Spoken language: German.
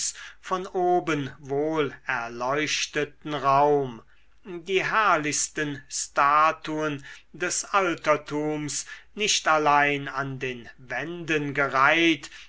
von oben wohl erleuchteten raum die herrlichsten statuen des altertums nicht allein an den wänden gereiht